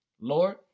Lord